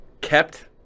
kept